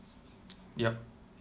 yup